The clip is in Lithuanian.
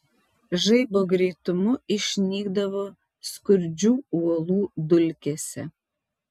žaibo greitumu išnykdavo skurdžių uolų dulkėse